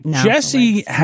Jesse